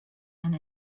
and